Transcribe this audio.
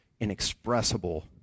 inexpressible